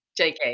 JK